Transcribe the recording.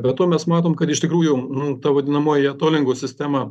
be to mes matom kad iš tikrųjų ta vadinamoji atolingo sistema